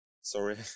Sorry